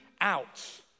out